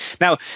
Now